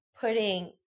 putting